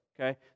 okay